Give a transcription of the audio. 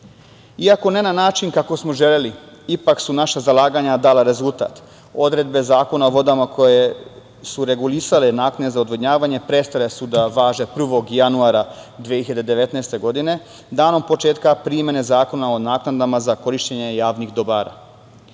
ne na način kako smo želeli, ipak su naša zalaganja dala rezultat. Odredbe Zakona o vodama koje su regulisale naknade za odvodnjavanje prestale su da važe 1. januara 2019. godine, danom početka primene Zakona o naknadama za korišćenje javnih dobara. Novim